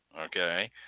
okay